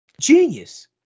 Genius